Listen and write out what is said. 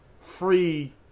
free